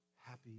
Happy